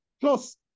Plus